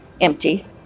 empty